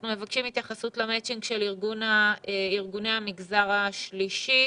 אנחנו מבקשים התייחסות למצ'ינג של ארגוני המגזר השלישי.